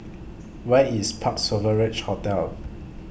Where IS Parc Sovereign Hotel